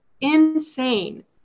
insane